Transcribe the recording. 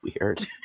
weird